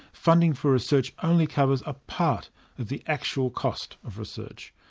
funding for research only covers a part of the actual cost of research.